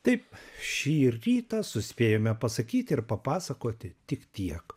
taip šį rytą suspėjome pasakyti ir papasakoti tik tiek